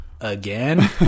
again